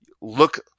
look